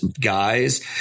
guys